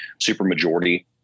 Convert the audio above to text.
supermajority